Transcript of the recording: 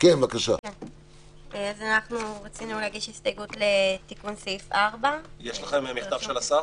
אנחנו רצינו להגיש הסתייגות לתיקון סעיף 4. יש לכם מכתב של השר?